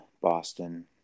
Boston